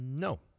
No